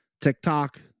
TikTok